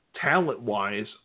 talent-wise